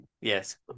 Yes